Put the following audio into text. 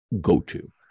go-to